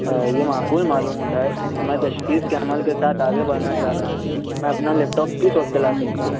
یہ معقول معلوم ہوتا ہے میں تشخیص کے عمل کے ساتھ آگے بڑھنا چاہتا ہوں میں اپنا لیپ ٹاپ کس وقت لا سکتا ہوں